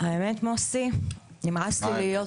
האמת, מוסי, נמאס לי להיות